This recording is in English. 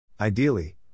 Ideally